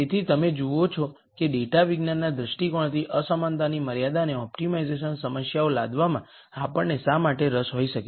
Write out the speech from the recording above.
તેથી તમે જુઓ છો કે ડેટાવિજ્ઞાનના દૃષ્ટિકોણથી અસમાનતાની મર્યાદા અને ઓપ્ટિમાઇઝેશન સમસ્યાઓ લાદવામાં આપણને શા માટે રસ હોઈ શકે